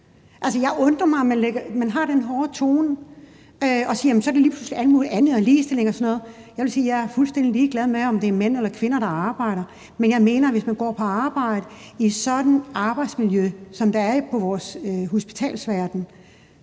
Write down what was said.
Det undrer mig, at man har den hårde tone og siger, at så handler det lige pludselig om alt muligt andet og ligestilling og sådan noget. Jeg vil sige, at jeg er fuldstændig ligeglad med, om det er mænd eller kvinder, der arbejder, men jeg mener, at når man går på arbejde i sådan et arbejdsmiljø, som der er i vores hospitalsverden,